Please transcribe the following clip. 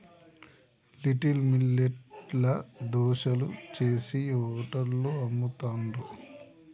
little millet ల దోశలు చేశి హోటళ్లలో అమ్ముతాండ్రు